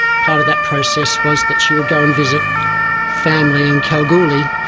part of that process was that she would go and visit family in kalgoorlie.